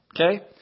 Okay